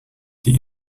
die